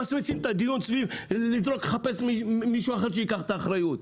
ממסמסים את הדיון ומחפשים מישהו אחר שייקח אחריות.